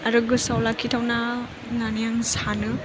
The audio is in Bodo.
आरो गोसोआव लाखिथावना होननानै आं सानो